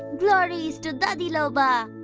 glories to dadhilobha.